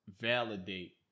validate